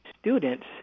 students